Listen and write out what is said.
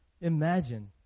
imagine